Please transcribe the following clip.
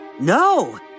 No